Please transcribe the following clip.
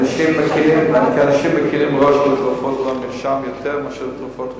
כי אנשים מקלים ראש בתרופות ללא מרשם יותר מאשר בתרופות רגילות.